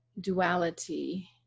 duality